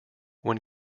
when